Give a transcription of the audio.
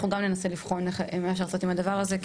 אנחנו גם ננסה לבחון מה אפשר לעשות עם הדבר הזה,